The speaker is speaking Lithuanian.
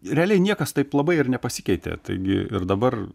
realiai niekas taip labai ir nepasikeitė taigi ir dabar